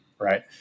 right